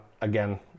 Again